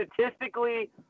statistically